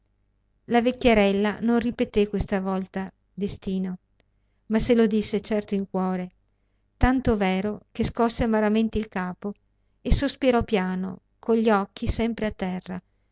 la vecchierella non ripeté questa volta destino ma se lo disse certo in cuore tanto vero che scosse amaramente il capo e sospirò piano con gli occhi sempre a terra